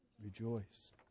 Rejoice